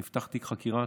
נפתח תיק חקירה.